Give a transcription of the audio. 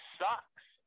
sucks